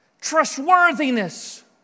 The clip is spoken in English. trustworthiness